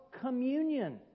communion